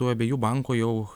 abiejų bankų jau